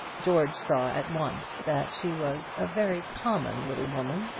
george saw at once that she was a very common little woman,